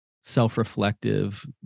self-reflective